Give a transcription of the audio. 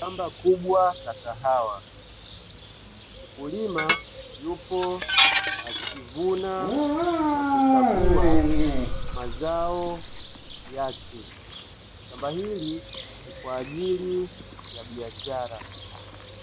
Shamba kubwa la kahawa, mkulima yupo akivuna na kukagua mazao yake. Shamba hili ni kwa ajili ya biashara .